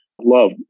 love